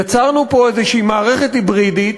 יצרנו פה איזו מערכת היברידית